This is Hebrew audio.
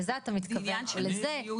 זה עניין של מדיניות.